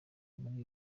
muri